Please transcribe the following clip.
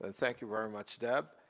ah thank you very much, deb.